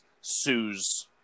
Sue's